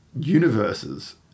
universes